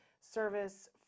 service